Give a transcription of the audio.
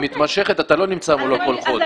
בעסקה מתמשכת אתה לא נמצא מולו כל חודש.